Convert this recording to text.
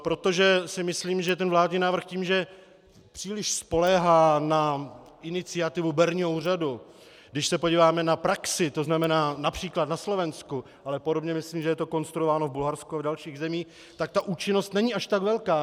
Protože si myslím, že ten vládní návrh tím, že příliš spoléhá na iniciativu berního úřadu když se podíváme na praxi, to znamená například na Slovensku, ale podobně, myslím, je to konstruováno v Bulharsku a dalších zemích, tak ta účinnost není až tak velká.